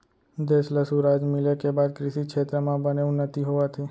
देस ल सुराज मिले के बाद कृसि छेत्र म बने उन्नति होवत हे